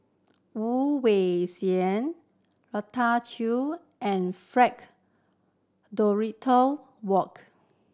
Woon Wah Siang Rita and Frank Dorrington Wark